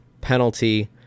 penalty